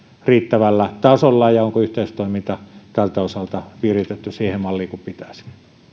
riittävällä tasolla ja onko yhteistoiminta tältä osalta viritetty siihen malliin kuin pitäisi